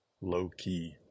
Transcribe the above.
low-key